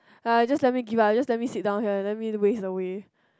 like I just give just let me sit down here just let me waste the way